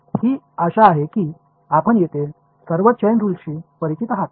तर ही आशा आहे की आपण येथे सर्व चैन रुलशी परिचित आहात